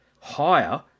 higher